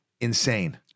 insane